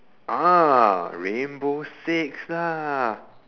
ah rainbow six lah